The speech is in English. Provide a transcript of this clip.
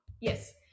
Yes